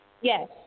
Yes